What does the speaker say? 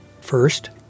first